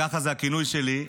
כך זה הכינוי שלי,